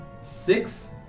six